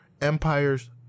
empires